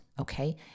Okay